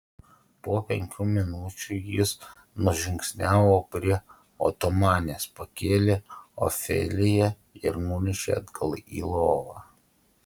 po penkių minučių jis nužingsniavo prie otomanės pakėlė ofeliją ir nunešė atgal į lovą